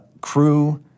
crew